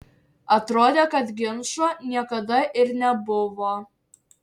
atrodė kad ginčo niekada ir nebuvo